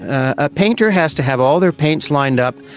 a painter has to have all their paints lined up,